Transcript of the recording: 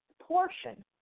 portion